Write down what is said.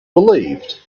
relieved